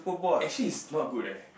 actually is not good leh